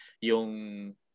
Yung